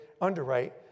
underwrite